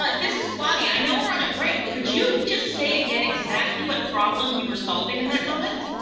ah this is claudia. i know we're on a break, but could you just say again exactly what problem you were solving in that moment?